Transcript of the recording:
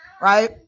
Right